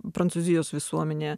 prancūzijos visuomenėje